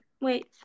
Wait